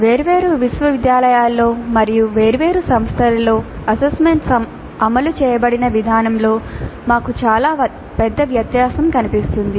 వేర్వేరు విశ్వవిద్యాలయాలలో మరియు వేర్వేరు సంస్థలలో అసెస్మెంట్ అమలు చేయబడిన విధానంలో మాకు చాలా పెద్ద వ్యత్యాసం కనిపిస్తుంది